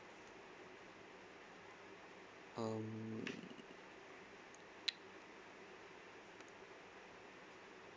mm